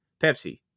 Pepsi